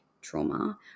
trauma